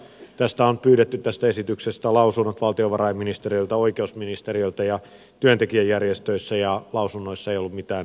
tästä esityksestä on pyydetty lausunnot valtiovarainministeriöltä oikeusministeriöltä ja työntekijäjärjestöiltä ja lausunnoissa ei ollut mitään erityisiä huomautuksia